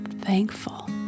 thankful